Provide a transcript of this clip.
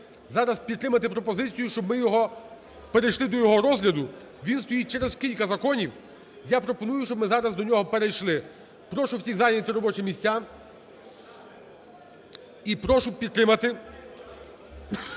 зараз підтримати пропозицію, щоб ми його… перейшли до його розгляду, він стоїть через кілька законів. Я пропоную, щоб ми зараз до нього перейшли. Прошу всіх зайняти робочі місця і прошу підтримати